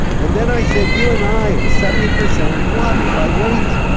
and then i said, you and i are seventy percent water by weight,